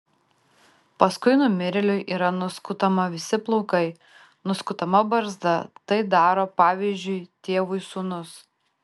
paskui numirėliui yra nuskutama visi plaukai nuskutama barzda tai daro pavyzdžiui tėvui sūnus